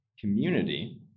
community